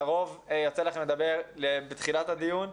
לרוב יוצא לכם לדבר בתחילת הדיון,